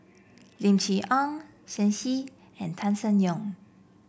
Lim Chee Onn Shen Xi and Tan Seng Yong